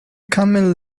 camel